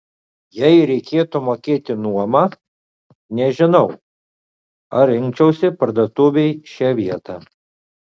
jei reikėtų mokėti nuomą nežinau ar rinkčiausi parduotuvei šią vietą